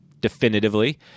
definitively